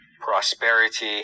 prosperity